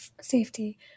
safety